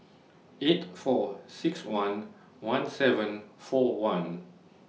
eight four six one one seven four one